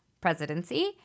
presidency